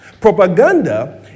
Propaganda